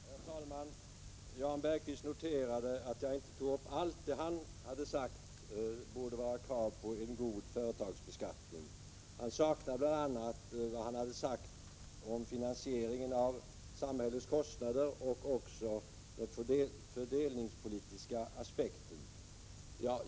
Herr talman! Jan Bergqvist noterade att jag inte tog upp allt det han hade sagt borde utgöra krav på en god företagsbeskattning. Han saknade bl.a. det han hade nämnt om finansieringen av samhällets kostnader och om den fördelningspolitiska aspekten.